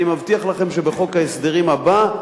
אני מבטיח לכם שבחוק ההסדרים הבא,